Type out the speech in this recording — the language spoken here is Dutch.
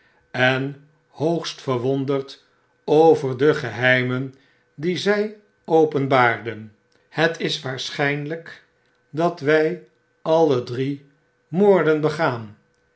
en hoogst verwonderd over de geheimen die zy openbaarden het is waarschrjnljjk dat wj alle drie moorden begaan